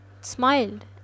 smiled